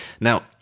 Now